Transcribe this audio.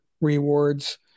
rewards